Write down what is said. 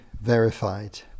verified